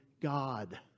God